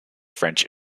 french